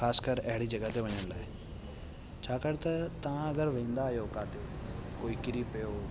ख़ासिकर अहिड़ी जॻहि ते वञण लाइ छाकाणि त तव्हां अगरि वेंदा आयो किथे कोई किरी पयो